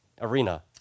arena